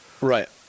right